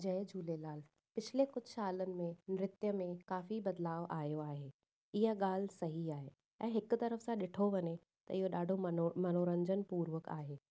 जय झूलेलाल पिछ्ले कुझु सालनि में नृत्य में काफ़ी बदलाव आयो आहे इआ ॻाल्हि सही आहे हिक तरफ़ सां ॾिठो वञे त इहो ॾाढो मनोरंजनु पूर्वक आहे